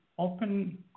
Open